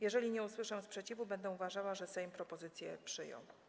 Jeżeli nie usłyszę sprzeciwu, będę uważała, że Sejm propozycję przyjął.